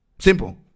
Simple